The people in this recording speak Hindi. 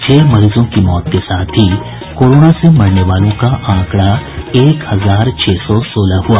छह मरीजों की मौत के साथ ही कोरोना से मरने वालों का आंकड़ा एक हजार छह सौ सोलह हुआ